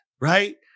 right